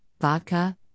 Vodka